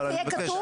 אבל אני מבקש,